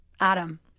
Adam